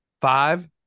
five